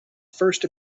first